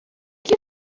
que